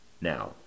Now